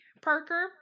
Parker